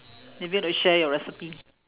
maybe you want to share your recipe